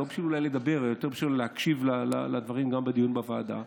לא בשביל לדבר אלא יותר בשביל להקשיב לדברים בדיון בוועדה.